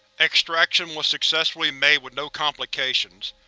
extraction was successfully made with no complications.